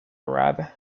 arab